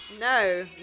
no